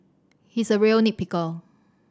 he is a real nit picker